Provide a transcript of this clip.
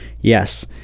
Yes